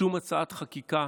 שום הצעות חקיקה